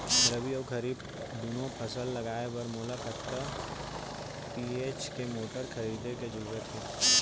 रबि व खरीफ दुनो फसल लगाए बर मोला कतना एच.पी के मोटर खरीदे के जरूरत हे?